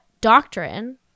doctrine